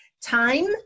time